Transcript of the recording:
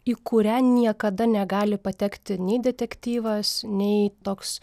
į kurią niekada negali patekti nei detektyvas nei toks